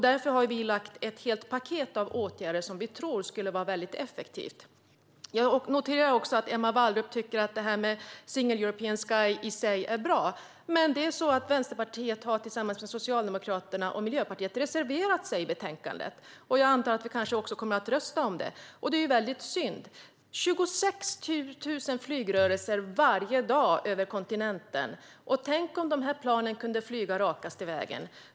Därför har vi lagt fram ett helt paket av åtgärder som vi tror skulle vara effektivt. Jag noterar också att Emma Wallrup tycker att Single European Sky i sig är bra. Men Vänsterpartiet har tillsammans med Socialdemokraterna och Miljöpartiet reserverat sig i betänkandet. Jag antar att vi också kommer att rösta om frågan. Det är synd. Det är 26 000 flygrörelser varje dag över kontinenten. Tänk om de planen kunde flyga rakaste vägen.